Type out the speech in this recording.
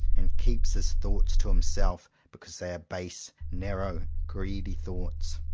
and keeps his thoughts to himself because they are base, narrow, greedy thoughts.